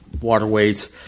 waterways